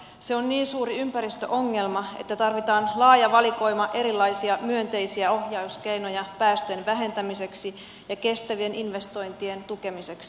se on niin suuri ympäristöongelma että tarvitaan laaja valikoima erilaisia myönteisiä ohjauskeinoja väestön vähentämiseksi ja kestävien investointien tukemiseksi